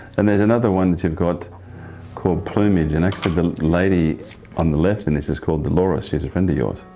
and there's another one that you've got called plumage, and actually the lady on the left in this is called deloris. she's a friend of yours.